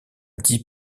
dix